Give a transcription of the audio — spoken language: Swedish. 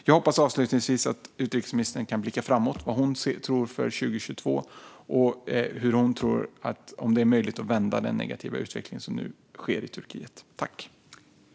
Jag hoppas avslutningsvis att utrikesministern kan blicka framåt och berätta vad hon tror om 2022 och om hon tror att det är möjligt att vända den negativa utveckling som nu sker i Turkiet.